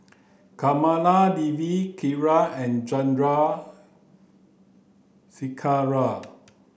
Kamaladevi Kiran and Chandrasekaran